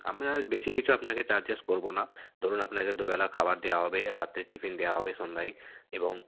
আমরা বেশি কিছু আপনাকে চার্জেস করবো না ধরুন আপনাকে দু বেলা খাবার দেয়া হবে আর রাত্রে টিফিন দেয়া হবে সন্ধ্যায় এবং